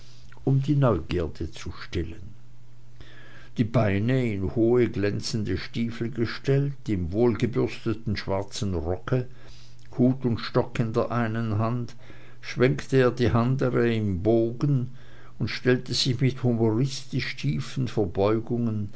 um die neugierde zu stillen die beine in hohe glänzende stiefel gestellt im wohlgebürsteten schwarzen rocke hut und stock in der einen hand schwenkte er die andere im bogen und stellte sich mit humoristisch tiefen verbeugungen